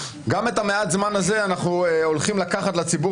גם את המעט זמן הזה אנחנו הולכים לקחת לציבור